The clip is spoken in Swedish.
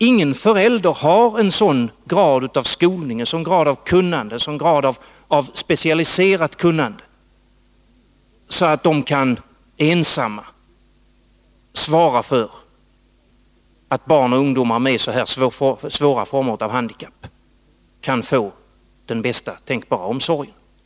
Ingen förälder har en sådan grad av skolning, en sådan grad av kunnande och en sådan grad av specialiserat kunnande att han ensam kan svara för att barn och ungdomar med dessa svåra former av handikapp kan få den bästa tänkbara omsorgen.